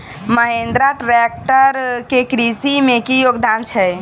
Mahindra tractor केँ कृषि मे की योगदान छै?